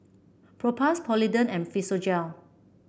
Propass Polident and Physiogel